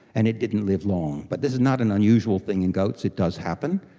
and it didn't live long. but this is not an unusual thing in goats, it does happen.